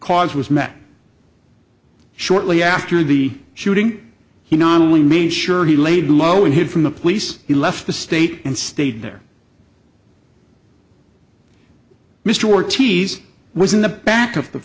cause was met shortly after the shooting he not only made sure he laid low in here from the police he left the state and stayed there mr ortiz was in the back of